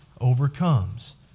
overcomes